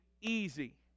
easy